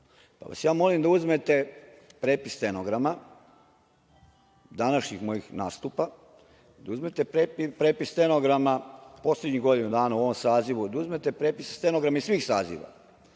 pa vas ja molim da uzmete prepis stenograma današnjih mojih nastupa, da uzmete prepis stenograma u poslednjih godinu dana u ovom sazivu, da uzmete prepis stenograma iz svih saziva